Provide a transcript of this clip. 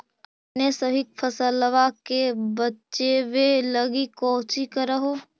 अपने सभी फसलबा के बच्बे लगी कौची कर हो?